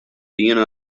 iene